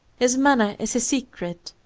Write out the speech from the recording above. his manner is his secret,